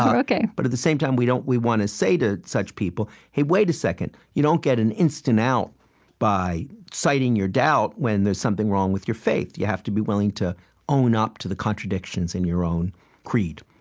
um but at the same time, we don't we want to say to such people, hey, wait a second. you don't get an instant out by citing your doubt when there's something wrong with your faith you have to be willing to own up to the contradictions in your own creed.